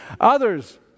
Others